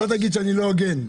שלא תגיד שאני לא הוגן...